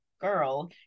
girl